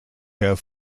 have